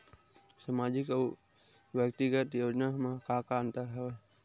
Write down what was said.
सामाजिक अउ व्यक्तिगत योजना म का का अंतर हवय?